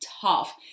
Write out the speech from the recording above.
tough